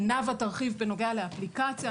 נאוה תרחיב בנוגע לאפליקציה.